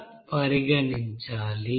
18 గా పరిగణించాలి